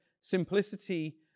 simplicity